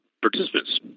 participants